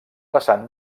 passant